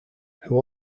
who